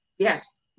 Yes